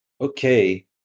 Okay